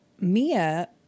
Mia